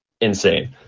insane